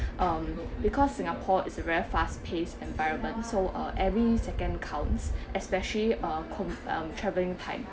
um because singapore is a very fast paced environment so uh every second counts especially uh con~ uh travelling time